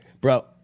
Bro